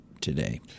today